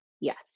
yes